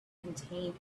contained